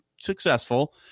successful